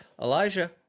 Elijah